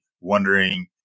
wondering